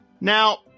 Now